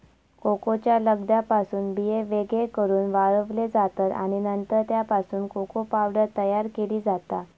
कोकोच्या लगद्यापासून बिये वेगळे करून वाळवले जातत आणि नंतर त्यापासून कोको पावडर तयार केली जाता